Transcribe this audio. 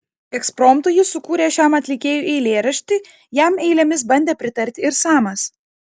ekspromtu jis sukūrė šiam atlikėjui eilėraštį jam eilėmis bandė pritarti ir samas